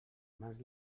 mans